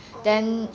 oh